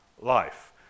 life